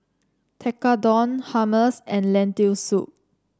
Tekkadon Hummus and Lentil Soup